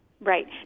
Right